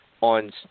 on